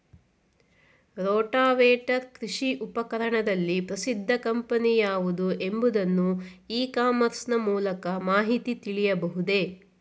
Rotavator ಕೃಷಿ ಉಪಕರಣದಲ್ಲಿ ಪ್ರಸಿದ್ದ ಕಂಪನಿ ಯಾವುದು ಎಂಬುದನ್ನು ಇ ಕಾಮರ್ಸ್ ನ ಮೂಲಕ ಮಾಹಿತಿ ತಿಳಿಯಬಹುದೇ?